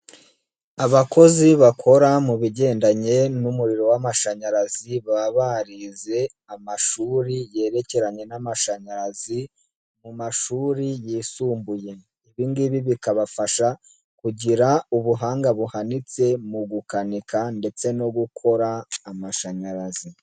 Abakozi bakora mu bigendanye n'umuriro w'amashanyarazi baba barize amashuri yerekeranye n'amashanyarazi mu mashuri yisumbuye. Ibi ngibi bikabafasha kugira ubuhanga buhanitse mu gukanika ndetse no gukora amashanyarazi.